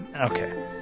Okay